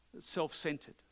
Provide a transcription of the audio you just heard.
self-centered